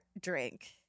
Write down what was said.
drink